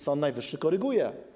Sąd Najwyższy koryguje.